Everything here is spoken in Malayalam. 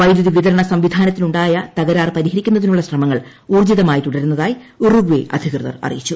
വൈദ്യുതി വിതരണ സംവിധാനത്തിനുണ്ടായ തകരാർ പരിഹരിക്കുന്നതിനുള്ള ശ്രമങ്ങൾ ഊർജിതമായി തുടരുന്നതായി ഉറുഗ്വേ അധികൃതർ അറിയിച്ചു